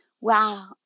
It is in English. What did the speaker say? Wow